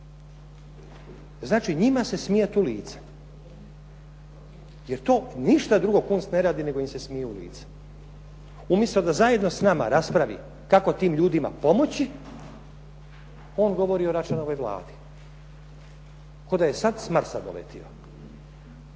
Znači njima se smijati u lice. Jer to ništa drugo Kunst ne radi nego im se smije u lice. Umjesto da zajedno s nama raspravi kako tim ljudima pomoći, on govori o Račanovoj Vladi kao da je sad s Marsa doletio